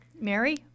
Mary